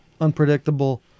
unpredictable